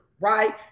right